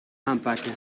aanpakken